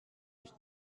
ich